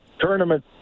tournament